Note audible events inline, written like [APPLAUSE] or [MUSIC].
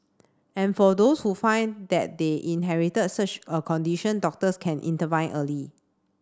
and for those who find that they inherited such a condition doctors can [UNINTELLIGIBLE] early